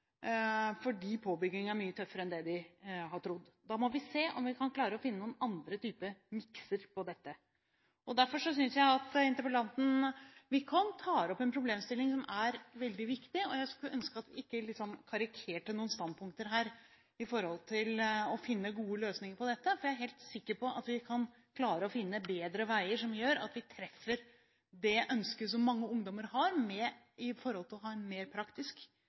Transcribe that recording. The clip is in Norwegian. fordi påbygging er mye tøffere enn det de hadde trodd. Da må vi se om vi kan klare å finne noen andre mikser på dette. Jeg synes at interpellanten Wickholm tar opp en problemstilling som er veldig viktig. Jeg skulle ønske at man ikke karikerte noen standpunkter her når det gjelder å finne gode løsninger på dette, for jeg er helt sikker på at vi kan klare å finne bedre veier som gjør at vi treffer det ønsket som mange ungdommer har om å ha en mer praktisk